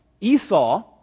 Esau